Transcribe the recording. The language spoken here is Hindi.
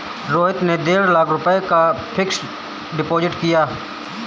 रोहित ने डेढ़ लाख रुपए का फ़िक्स्ड डिपॉज़िट किया